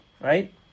Right